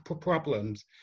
problems